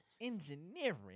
Engineering